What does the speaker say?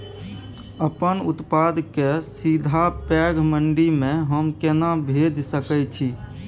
अपन उत्पाद के सीधा पैघ मंडी में हम केना भेज सकै छी?